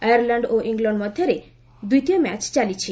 Ireland ଓ England ମଧ୍ୟରେ ଦ୍ୱିତୀୟ ମ୍ୟାଚ ଚାଲିଛି